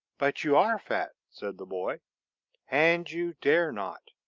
but you are fat, said the boy and you dare not.